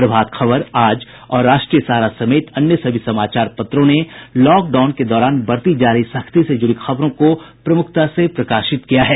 प्रभात खबर आज और राष्ट्रीय सहारा समेत अन्य सभी समाचार पत्रों ने लॉकडाउन के दौरान बरती जा रही सख्ती से जुड़ी खबरों को प्रमुखता से प्रकाशित किया है